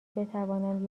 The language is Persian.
بتوانند